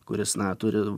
kuris na turi